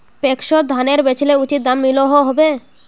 पैक्सोत धानेर बेचले उचित दाम मिलोहो होबे?